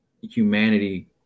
humanity